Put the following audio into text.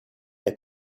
der